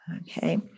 Okay